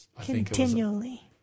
Continually